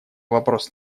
вопрос